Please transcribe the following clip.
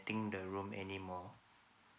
the room anymore